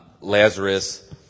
Lazarus